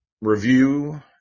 review